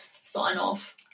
sign-off